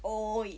oh